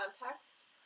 context